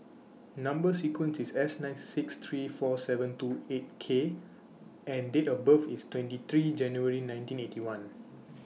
Number sequence IS S nine six three four seven two eight K and Date of birth IS twenty three January nineteen Eighty One